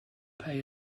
pay